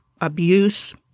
abuse